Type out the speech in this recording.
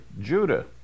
Judah